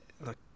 look